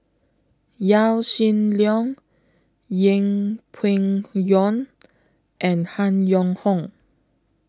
Yaw Shin Leong Yeng Pway Ngon and Han Yong Hong